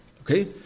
okay